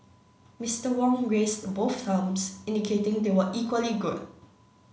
Mister Wong raised both thumbs indicating they were equally good